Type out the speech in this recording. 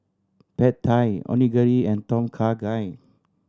Pad Thai Onigiri and Tom Kha Gai